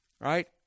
right